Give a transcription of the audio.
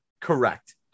Correct